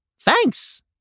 thanks